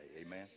Amen